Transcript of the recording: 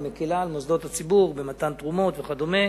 מקלה על מוסדות הציבור במתן תרומות וכדומה,